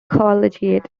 collegiate